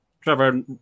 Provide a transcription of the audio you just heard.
Trevor